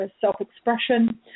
self-expression